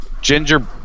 ginger